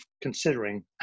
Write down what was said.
considering